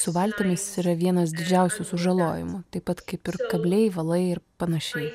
su valtimis yra vienas didžiausių sužalojimų taip pat kaip ir kabliai valai ir panašiai